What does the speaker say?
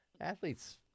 Athletes